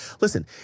Listen